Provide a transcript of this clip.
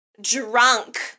drunk